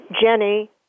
Jenny